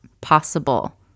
possible